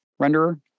renderer